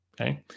okay